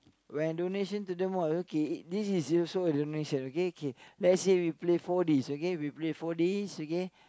when donation to the mosque okay this is useful donation okay okay lets say we play four D okay we play four D okay